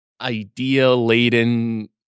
idea-laden